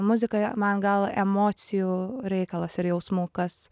muzikoje man gal emocijų reikalas ir jausmų kas